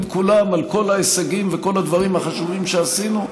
כולם על כל ההישגים וכל הדברים החשובים שעשינו?